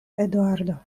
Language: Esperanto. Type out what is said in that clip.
eduardo